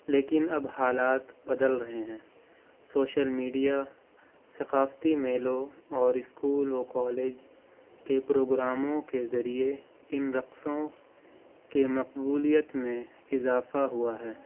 لیکن اب حالات بدل رہے ہیں سوشل میڈیا ثقافتی میلوں اور اسکول و کالج کے پروگراموں کے ذریعے ان رقصوں کے مقبولیت میں اضافہ ہوا ہے